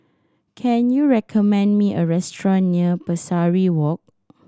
can you recommend me a restaurant near Pesari Walk